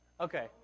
Okay